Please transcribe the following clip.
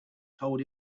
told